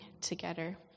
together